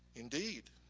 indeed.